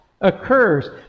occurs